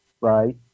right